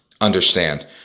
understand